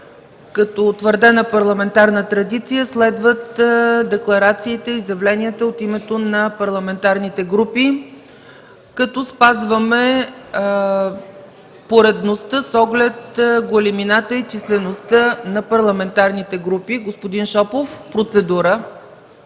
като утвърдена парламентарна традиция, следват декларациите и изявленията от името на парламентарните групи, като спазваме поредността, с оглед големината и числеността на парламентарните групи. Господин Шопов – процедура.